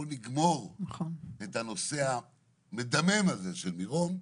בואו נגמור את הנושא המדמם הזה של מירון.